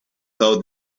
how